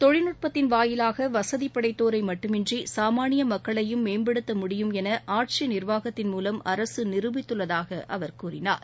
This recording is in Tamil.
தொழில்நுட்பத்தின் வாயிலாக வசதி படைத்தோரை மட்டுமின்றி சாமானிய மக்களையும் மேம்படுத்த முடியும் என ஆட்சி நிர்வாகத்தின் மூலம் அரசு நிரூபித்துள்ளதாக அவர் கூறினார்